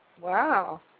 Wow